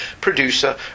producer